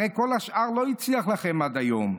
הרי כל השאר לא הצליח לכם עד היום,